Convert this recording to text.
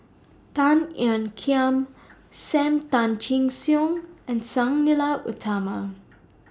Tan Ean Kiam SAM Tan Chin Siong and Sang Nila Utama